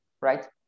right